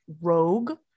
rogue